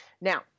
Now